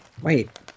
wait